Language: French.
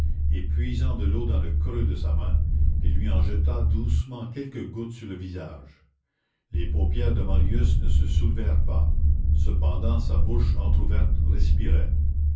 puisant de l'eau dans le creux de sa main il lui en jeta doucement quelques gouttes sur le visage les paupières de marius ne se soulevèrent pas cependant sa bouche entrouverte respirait